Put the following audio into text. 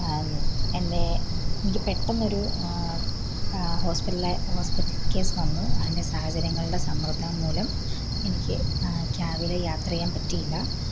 എന്നെ എനിക്ക് പെട്ടെന്ന് ഒരു ഹോസ്പിറ്റല് ഹോസ്പിറ്റൽ കേസ് വന്നു അതിൻറ്റെ സാഹചര്യങ്ങളുടെ സമ്മർദ്ദം മൂലം എനിക്ക് ക്യാബിൽ യാത്ര ചെയ്യാൻ പറ്റീല